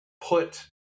put